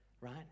right